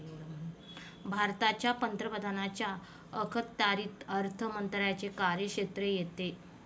भारताच्या पंतप्रधानांच्या अखत्यारीत अर्थ मंत्रालयाचे कार्यक्षेत्र येते